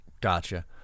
Gotcha